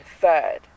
third